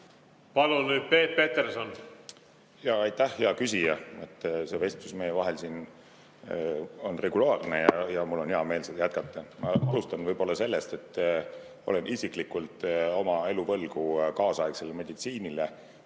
Palun nüüd Peep Peterson! Aitäh, hea küsija! See vestlus meie vahel siin on regulaarne ja mul on hea meel seda jätkata. Ma alustan võib-olla sellest, et olen isiklikult oma elu võlgu kaasaegsele meditsiinile.